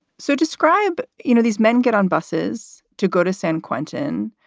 so describe, you know, these men get on buses to go to san quentin.